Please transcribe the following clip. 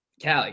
Callie